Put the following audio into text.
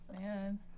Man